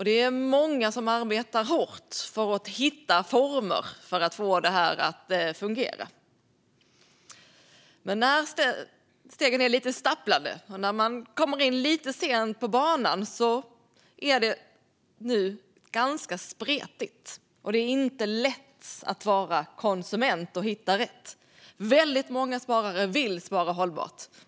Det är många som arbetar hårt för att hitta former för att få detta att fungera. Men när stegen är lite stapplande och när man kommer in lite sent på banan blir det ganska spretigt. Det är inte lätt att vara konsument och hitta rätt. Väldigt många sparare vill spara hållbart.